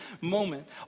moment